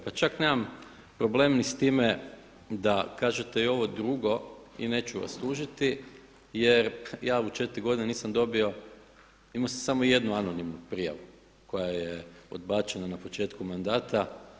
Pa čak nemam problem ni s time da kažete i ovo drugo i neću vas tužiti jer ja u četiri godine nisam dobio, imao sam samo jednu anonimnu prijavu koja je odbačena na početku mandata.